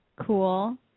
Cool